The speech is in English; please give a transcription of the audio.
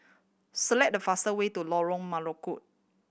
select the faster way to Lorong Melukut